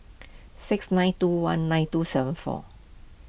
six nine two one nine two seven four